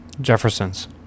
Jefferson's